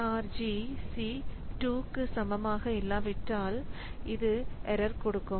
argc 2 க்கு சமமாக இல்லாவிட்டால் இது எரர் கொடுக்கும்